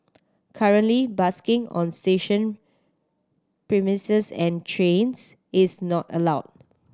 currently busking on station premises and trains is not allowed